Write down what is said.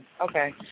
okay